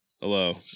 Hello